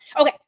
Okay